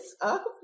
up